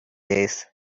days